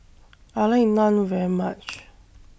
I like Naan very much